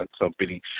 company